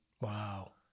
Wow